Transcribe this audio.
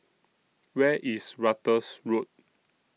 Where IS Ratus Road